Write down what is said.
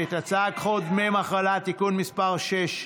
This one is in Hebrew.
הצעת חוק דמי מחלה (תיקון מס' 6)